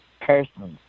personally